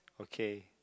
okay